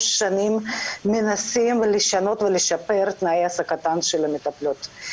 שנים מנסים לשנות ולשפר את תנאי העסקתן של המטפלות,